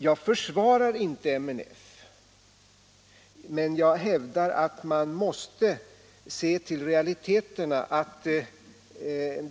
Jag försvarar inte MNF men jag hävdar att man måste se till realiteterna.